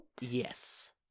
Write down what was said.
Yes